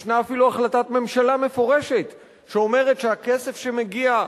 יש אפילו החלטת ממשלה מפורשת שאומרת שהכסף שמגיע,